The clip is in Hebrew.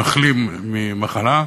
מחלים ממחלה,